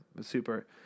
super